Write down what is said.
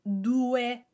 due